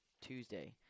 Tuesday